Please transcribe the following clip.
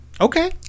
Okay